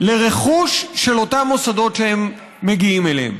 לרכוש של אותם מוסדות שהם מגיעים אליהם.